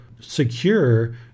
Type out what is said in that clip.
secure